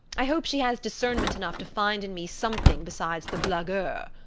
i hope she has discernment enough to find in me something besides the blagueur.